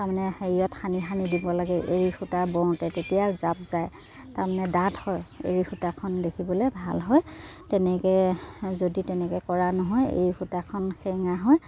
তাৰমানে হেৰিয়ত সানি সানি দিব লাগে এৰী সূতা বওঁতে তেতিয়া জাপ যায় তাৰমানে ডাঠ হয় এৰী সূতাখন দেখিবলৈ ভাল হয় তেনেকৈ যদি তেনেকৈ কৰা নহয় এৰী সূতাখন সেৰেঙা হয়